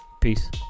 Peace